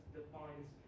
defines